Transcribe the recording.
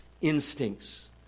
instincts